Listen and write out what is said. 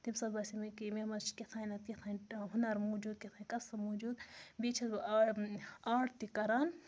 تمہِ سۭتۍ باسے مےٚ کہِ مےٚ منٛز چھِ کیٛاہ تھانٮ۪تھ کیٛاہ تام ہُنَر موٗجوٗد کیٛاہ تام کَسٕب موٗجوٗد بیٚیہِ چھَس بہٕ آٹ تہِ کَران